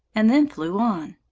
and then flew on.